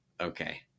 okay